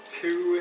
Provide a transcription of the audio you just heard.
two